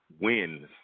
wins